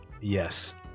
yes